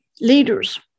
Leaders